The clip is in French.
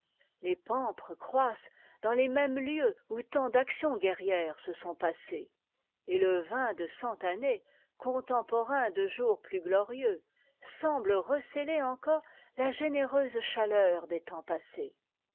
les pampres croissent dans les mêmes lieux où tant d'actions guerrières se sont passéés et le vin de cent années contemporain de jours plus glorieux semble recéler encore la généreuse chaleur des temps passés